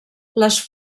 les